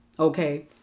Okay